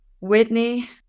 whitney